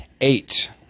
eight